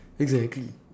exactly